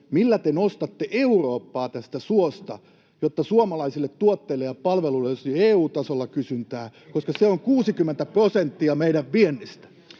millä te nostatte Eurooppaa tästä suosta, jotta suomalaisille tuotteille ja palveluille olisi EU-tasolla kysyntää, koska se on 60 prosenttia meidän viennistä?